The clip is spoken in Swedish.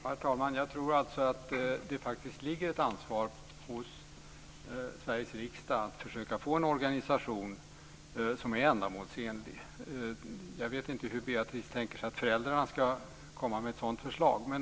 Herr talman! Jag tror alltså att det ligger ett ansvar hos Sveriges riksdag att försöka få en organisation som är ändamålsenlig. Jag vet inte hur Beatrice Ask tänker sig att föräldrarna ska komma med ett sådant förslag.